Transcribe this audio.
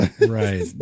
right